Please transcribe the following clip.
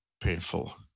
painful